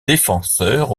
défenseur